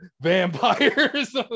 vampires